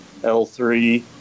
L3